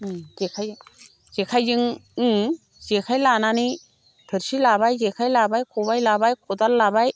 जेखाइजों जेखाइजों उम जेखाइ लानानै थोरसि लाबाय जेखाइ लाबाय खबाइ लाबाय खदाल लाबाय